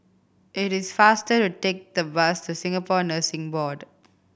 it is faster to take the bus to Singapore Nursing Board